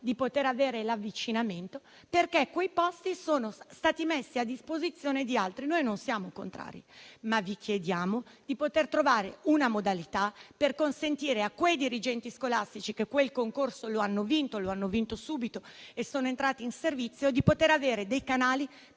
di ottenere l'avvicinamento, perché quei posti sono stati messi a disposizione di altri. Non siamo contrari, ma vi chiediamo di trovare una modalità per consentire a quei dirigenti scolastici, che quel concorso lo hanno vinto subito e sono entrati in servizio, di avere dei canali